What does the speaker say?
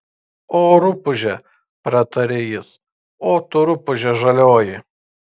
o rupūže pratarė jis o tu rupūže žalioji